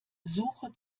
suche